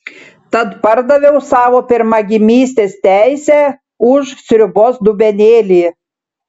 tad pardaviau savo pirmagimystės teisę už sriubos dubenėlį